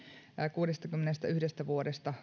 kuudestakymmenestäyhdestä vuodesta